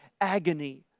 agony